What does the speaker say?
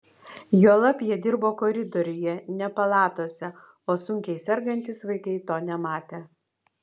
juolab jie dirbo koridoriuje ne palatose o sunkiai sergantys vaikai to nematė